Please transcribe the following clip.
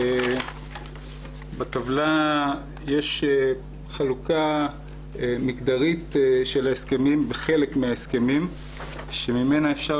בטבלה יש חלוקה מגדרית בחלק מן ההסכמים שממנה אפשר